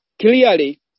clearly